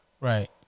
Right